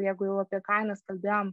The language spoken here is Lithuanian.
jeigu jau apie kainas kalbėjom